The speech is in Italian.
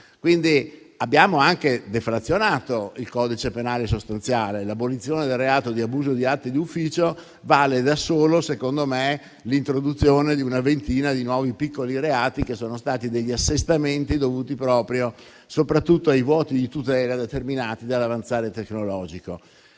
arresti. Abbiamo anche deflazionato il codice penale sostanziale: secondo me, l'abolizione del reato di abuso di atti di ufficio vale da solo l'introduzione di una ventina di nuovi piccoli reati, che sono stati degli assestamenti dovuti soprattutto ai vuoti di tutela determinati dall'avanzare tecnologico.